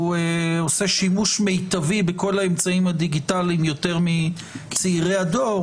הוא עושה שימוש מיטבי בכל האמצעים הדיגיטליים יותר מצעירי הדור,